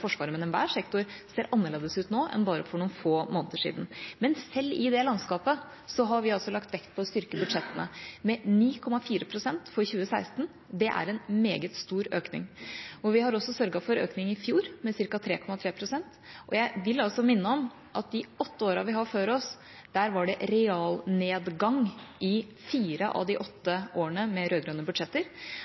noen få måneder siden. Men selv i det landskapet har vi lagt vekt på å styrke budsjettene med 9,4 pst. for 2016. Det er en meget stor økning. Vi har også sørget for økning i fjor med ca. 3,3 pst. Jeg vil minne om at i de åtte årene vi hadde før oss, var det realnedgang i fire av de åtte årene med rød-grønne budsjetter.